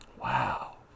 Wow